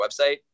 website